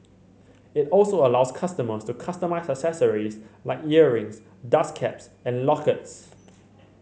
it also allows customers to customise accessories like earrings dust caps and lockets